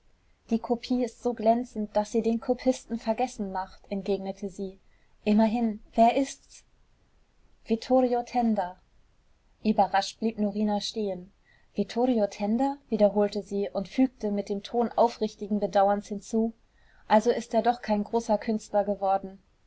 die kopie ist so glänzend daß sie den kopisten vergessen macht entgegnete sie immerhin wer ist's vittorio tenda überrascht blieb norina stehen vittorio tenda wiederholte sie und fügte mit dem ton aufrichtigen bedauerns hinzu also ist er doch kein großer künstler geworden